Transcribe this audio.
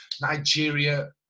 Nigeria